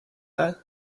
though